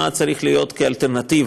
מה צריך להיות כאלטרנטיבה.